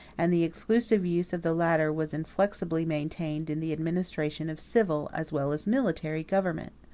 and the exclusive use of the latter was inflexibly maintained in the administration of civil as well as military government.